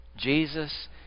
Jesus